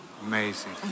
Amazing